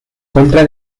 contra